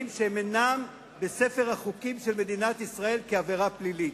שהם אינם בספר החוקים של מדינת ישראל כעבירה פלילית?